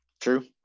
True